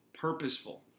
purposeful